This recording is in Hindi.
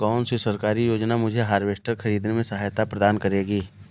कौन सी सरकारी योजना मुझे हार्वेस्टर ख़रीदने में सहायता प्रदान करेगी?